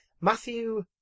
Matthew